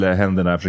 händerna